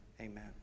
amen